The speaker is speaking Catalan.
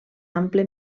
ample